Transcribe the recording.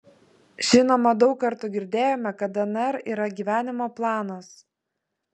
žinoma daug kartų girdėjome kad dnr yra gyvenimo planas